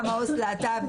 גם העו"ס להט"ב,